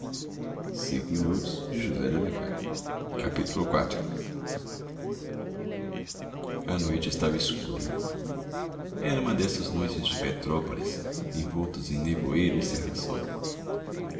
alemã a noite estava escura era uma dessas noites de petrópolis envoltas em nevoeiro e cerração